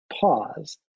pause